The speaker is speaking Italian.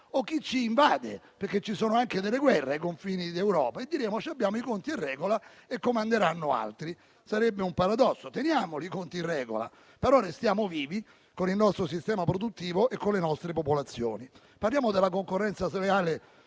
da chi ci invade, perché ci sono anche guerre ai confini d'Europa e diremo che abbiamo i conti in regola e comanderanno altri. Sarebbe un paradosso. Teniamo i conti in regola, però restiamo vivi con il nostro sistema produttivo e con le nostre popolazioni. Parliamo della concorrenza sleale